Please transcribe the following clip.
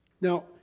Now